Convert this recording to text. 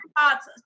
thoughts